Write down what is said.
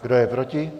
Kdo je proti?